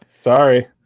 Sorry